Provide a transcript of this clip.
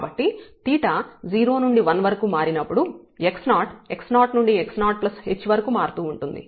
కాబట్టి 𝜃 0 నుండి 1 వరకు మారినప్పుడు x0 x0 నుండి x0h వరకు మారుతూ ఉంటుంది